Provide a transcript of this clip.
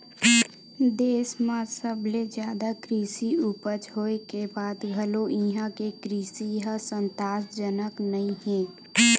देस म सबले जादा कृषि उपज होए के बाद घलो इहां के कृषि ह संतासजनक नइ हे